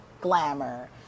glamour